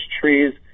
trees